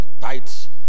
tights